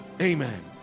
amen